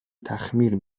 تخمیر